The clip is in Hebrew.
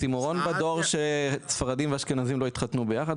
אוקסימורון בדור שספרדים ואשכנזים לא התחתנו ביחד,